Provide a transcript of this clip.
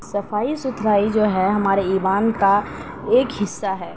صفائی ستھرائی جو ہے ہمارے ایمان کا ایک حصہ ہے